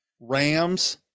Rams